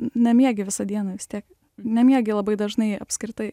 nemiegi visą dieną vis tiek nemiegi labai dažnai apskritai